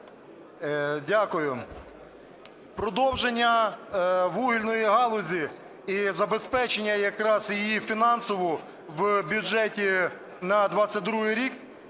Дякую. В продовження вугільної галузі і забезпечення якраз її фінансово в бюджеті на 22-й рік